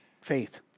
faith